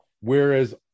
whereas